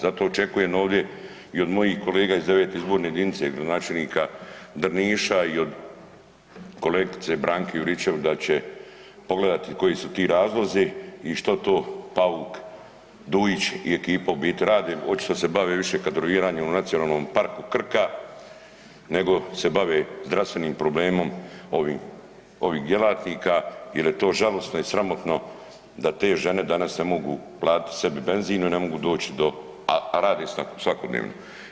Zato očekujem ovdje i od mojih kolega iz 9. izborne jedinice, gradonačelnika Drniša i od kolegice Branke Juričev, da će pogledati koji su ti razlozi i što to Pauk, Dujić i ekipa u biti rade, očito se bave više kadroviranjem u Nacionalnom parku Krka nego se bave zdravstvenim problemom ovih djelatnika jer je to žalosno i sramotno da te žene danas ne mogu platiti sebi benzin, ne mogu doći do, a rade svakodnevno.